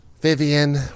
Vivian